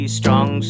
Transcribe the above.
strong